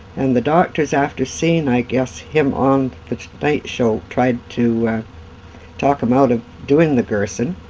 and the doctors, after seeing, i guess, him on the tonight show tried to talk him out of doing the gerson.